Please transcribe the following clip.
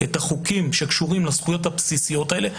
את החוקים שקשורים לזכויות הבסיסיות האלה,